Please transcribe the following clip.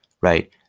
right